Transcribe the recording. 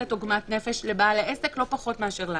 עגמת נפש לבעל העסק לא פחות מאשר לנו.